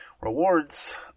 rewards